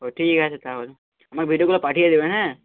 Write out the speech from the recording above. ও ঠিক আছে তাহলে আমায় ভিডিওগুলো পাঠিয়ে দেবেন হ্যাঁ